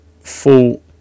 full